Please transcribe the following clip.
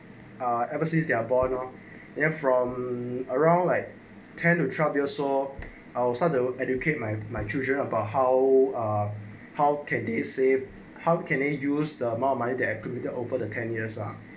ah ever since their border loh from around like ten to twelve years old outside though educate my my children about how uh how can they save how can I use the amount my there could be there over the ten years ah